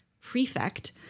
prefect